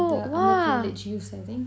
the under privileged youths I think